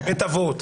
בבית אבות,